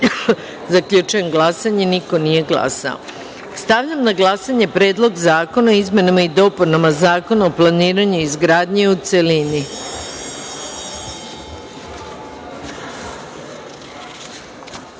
54.Zaključujem glasanje: niko nije glasao. Stavljam na glasanje Predlog zakona o izmenama i dopunama Zakona o planiranju i izgradnji,